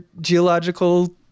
geological